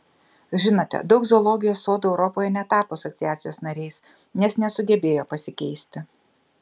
žinote daug zoologijos sodų europoje netapo asociacijos nariais nes nesugebėjo pasikeisti